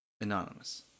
Anonymous